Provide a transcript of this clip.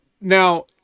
now